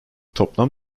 toplam